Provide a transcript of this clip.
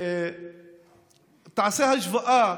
תעשה השוואה